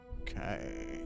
okay